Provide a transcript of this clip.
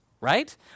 right